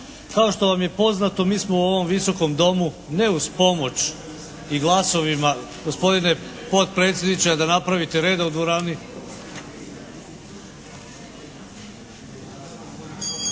Kao što vam je poznato mi smo u ovom Visokom domu ne uz pomoć i glasovima, gospodine potpredsjedniče a da napravite reda u dvorani?